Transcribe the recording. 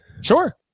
Sure